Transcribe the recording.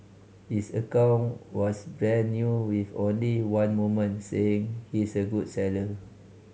his account was brand new with only one moment saying he's a good seller